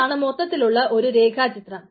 ഇതാണ് മൊത്തത്തിലുള്ള ഒരു രേഖാചിത്രം